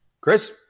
chris